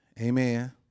Amen